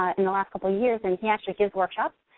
ah in the last couple years, and he actually gives workshops,